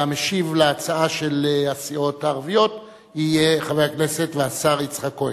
והמשיב על ההצעה של הסיעות הערביות יהיה חבר הכנסת והשר יצחק כהן.